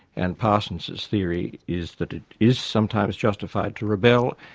and parsons's theory is that it is sometimes justified to rebel,